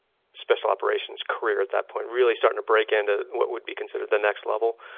special operations career at that point. really starting to break into what would be considered the next level.